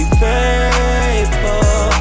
faithful